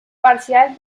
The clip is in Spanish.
parcial